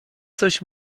coś